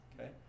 Okay